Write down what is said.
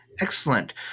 Excellent